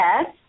Yes